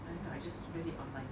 !aiya! I just read it online